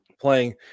playing